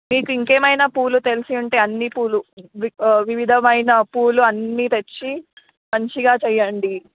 మీకు ఇంకేమైనా పూలు తెలిసుంటే అన్నీ పూలు వివిధమైన పూలు అన్నీ తెచ్చి మంచిగా చేయండి